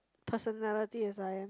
personality as I am